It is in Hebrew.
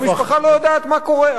המשפחה לא יודעת מה קורה.